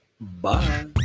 Bye